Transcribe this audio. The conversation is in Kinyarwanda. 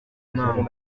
impamvu